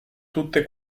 tutte